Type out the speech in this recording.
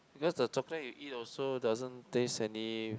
because the chocolate you eat also doesn't taste any